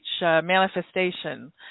manifestation